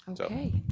Okay